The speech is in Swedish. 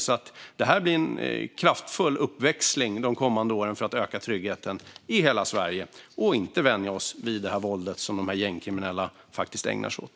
Detta blir en kraftfull uppväxling de kommande åren för att öka tryggheten i hela Sverige och inte vänja oss vid det våld som de gängkriminella ägnar sig åt.